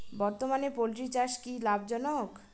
বর্তমানে পোলট্রি চাষ কি লাভজনক?